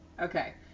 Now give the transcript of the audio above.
Okay